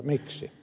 miksi